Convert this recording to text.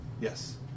Yes